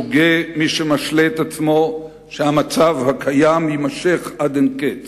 שוגה מי שמשלה את עצמו שהמצב הקיים יימשך עד אין קץ.